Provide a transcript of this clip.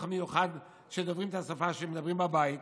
מיוחד שמדברים את השפה שהם מדברים בבית,